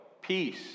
peace